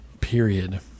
period